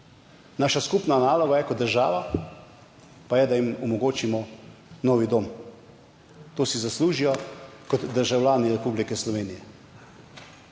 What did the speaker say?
Naša skupna naloga je kot država pa je, da jim omogočimo novi dom. To si zaslužijo kot državljani Republike Slovenije.